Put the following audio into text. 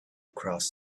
cross